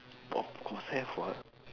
of course have [what]